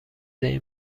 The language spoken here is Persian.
این